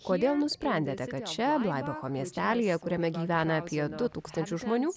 kodėl nusprendėte kad čia blaibacho miestelyje kuriame gyvena apie du tūkstančius žmonių